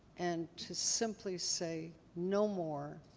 and to simply say, no more,